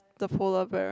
the polar bear